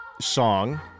song